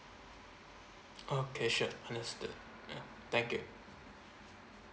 okay sure understood ya thank you